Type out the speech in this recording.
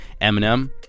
Eminem